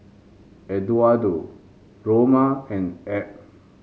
Eduardo Roma and Ebb